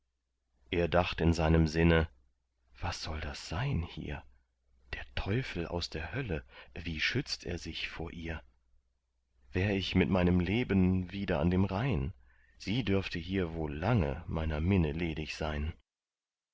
er dacht in seinem sinne was soll das sein hier der teufel aus der hölle wie schützt er sich vor ihr wär ich mit meinem leben wieder an dem rhein sie dürfte hier wohl lange meiner minne ledig sein